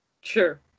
Sure